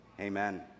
amen